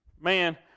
man